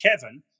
Kevin